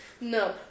No